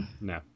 No